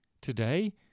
Today